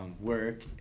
work